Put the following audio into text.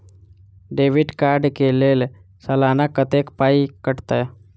Debit card कऽ लेल सलाना कत्तेक पाई कटतै?